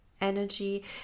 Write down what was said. energy